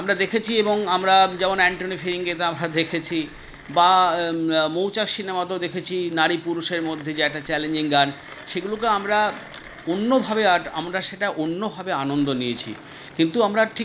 আমরা দেখেছি এবং আমরা যেমন অ্যান্টনি ফিরিঙ্গিতে আমরা দেখেছি বা মৌচাক সিনেমাতেও দেখেছি নারী পুরুষের মধ্যে যে একটা চ্যালেঞ্জিং গান সেগুলোকে আমরা অন্যভাবে আর আমরা সেটা অন্যভাবে আনন্দ নিয়েছি কিন্তু আমরা ঠিক